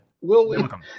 welcome